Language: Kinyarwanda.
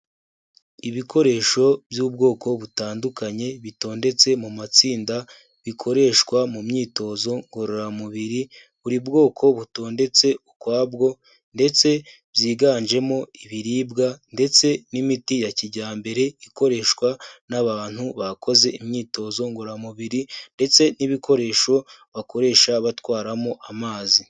Ibikoresho by'ubwoko butandukanye bitondetse mu matsinda bikoreshwa mu myitozo ngororamubiri, buri bwoko butondetse ukwabwo ndetse byiganjemo ibiribwa ndetse n'imiti ya kijyambere ikoreshwa n'abantu bakoze imyitozo ngororamubiri ndetse n'ibikoresho bakoresha batwaramo amazi.